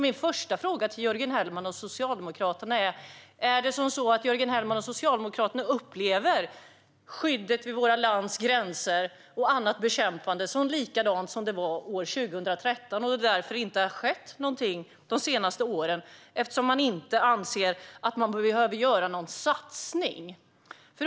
Mina första frågor till Jörgen Hellman och Socialdemokraterna är: Upplever ni skyddet vid vårt lands gränser och annat bekämpande som likadant som det var 2013? Är det därför det inte har skett någonting under de senaste åren? Ni anser ju inte att man behöver göra någon satsning.